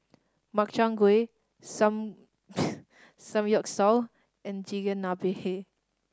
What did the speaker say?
Makchang Gui Samgyeopsal and Chigenabe